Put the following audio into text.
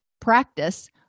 practice